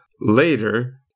later